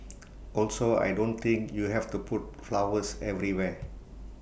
also I don't think you have to put flowers everywhere